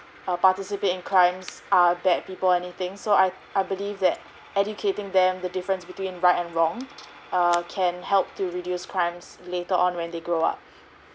uh participate in crimes are bad people anything so I I believe that educating them the difference between right and wrong err can help to reduce crimes later on when they grow up